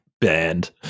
banned